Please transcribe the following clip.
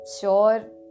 sure